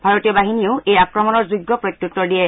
ভাৰতীয় বাহিনীয়েও এই আক্ৰমণৰ যোগ্য প্ৰত্যুত্তৰ দিয়ে